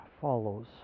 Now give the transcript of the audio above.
follows